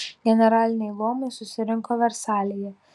generaliniai luomai susirinko versalyje